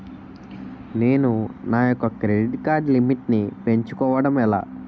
నేను నా యెక్క క్రెడిట్ కార్డ్ లిమిట్ నీ పెంచుకోవడం ఎలా?